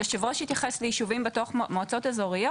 יושב הראש התייחס לישובים בתוך מועצות אזוריות,